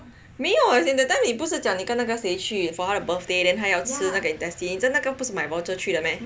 没有 as in that time 你不是讲跟那个谁去 for 他的 birthday 因为他要吃那个 intestine 那个不是买 voucher 去的 meh